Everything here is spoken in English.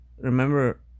remember